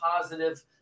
positive